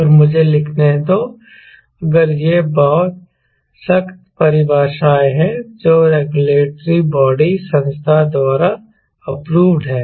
और मुझे लिखने दो अगर ये बहुत सख्त परिभाषाएं हैं जो रेगुलेटरी बॉडी संस्था द्वारा अप्रूव्ड हैं